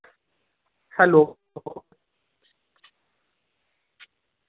hello